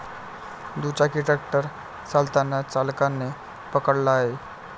दुचाकी ट्रॅक्टर चालताना चालकाने पकडला आहे